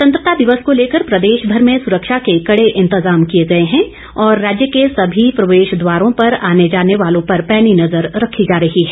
स्वतंत्रता दिवस को लेकर प्रदेश भर में सुरक्षा के कड़े इंतजाम किए गए हैं और राज्य के सभी प्रवेश द्वारों पर आने जाने वालों पर पैनी नजर रखी जा रही है